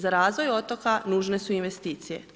Za razvoj otoka nužne su investicije.